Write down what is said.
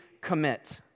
commit